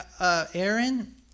Aaron